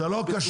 זה לא קשור.